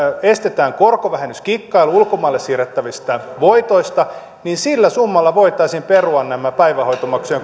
estetään korkovähennyskikkailu ulkomaille siirrettävistä voitoista sillä summalla voitaisiin perua nämä päivähoitomaksujen